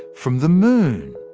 from the moon?